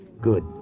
Good